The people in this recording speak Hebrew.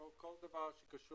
כמו כל דבר שקשור